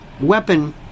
weapon